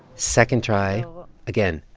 second try again.